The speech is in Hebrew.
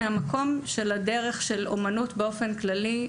מהמקום של הדרך של האומנות באופן כללי,